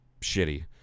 shitty